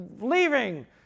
leaving